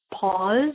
pause